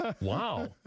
Wow